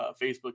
Facebook